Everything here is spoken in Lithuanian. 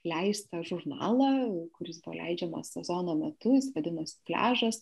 leistą žurnalą kuris buvo paleidžiamas sezono metu jis vadinosi pliažas